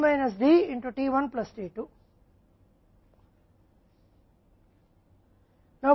अब t 1 plus t 2 P द्वारा Q के बराबर है